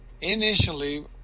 Initially